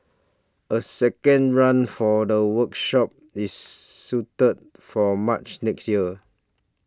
a second run for the workshop is suited for March next year